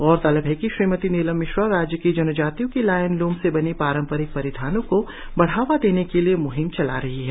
गौरतलब है कि श्रीमती नीलम मिश्रा राज्य की जनजातियों की लायन लूम से बने पारंपरिक परिधानों को बढ़ावा देने के लिए म्हिम चला रही है